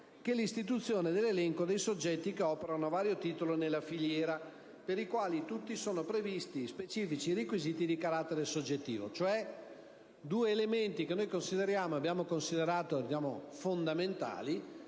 che l'istituzione dell'elenco dei soggetti che operano a vario titolo nella filiera, per i quali tutti sono previsti specifici requisiti di carattere soggettivo. Sono due elementi che abbiamo considerato fondamentali,